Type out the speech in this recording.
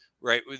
Right